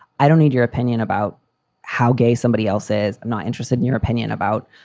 i don't need your opinion about how gay somebody else is. i'm not interested in your opinion about,